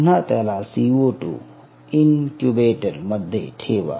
पुन्हा त्याला सीओ2 इन्क्युबेटर मध्ये ठेवा